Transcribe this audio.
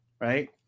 right